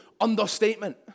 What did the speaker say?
understatement